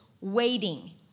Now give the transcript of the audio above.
waiting